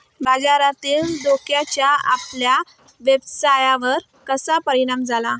बाजारातील धोक्याचा आपल्या व्यवसायावर कसा परिणाम झाला?